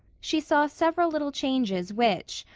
she saw several little changes which,